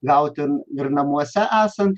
gauti ir namuose esant